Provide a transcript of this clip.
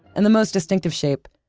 and the most distinctive shape,